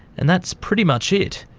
and that's pretty much it,